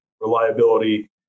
reliability